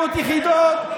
400 יחידות,